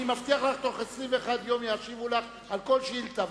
אני מבטיח לך שבתוך 21 יום ישיבו לך על כל שאילתא,